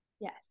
Yes